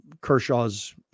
Kershaw's